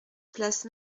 place